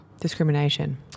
Discrimination